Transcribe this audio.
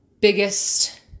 biggest